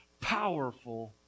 powerful